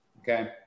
okay